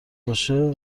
باشه